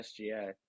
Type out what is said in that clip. sga